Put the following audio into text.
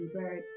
bird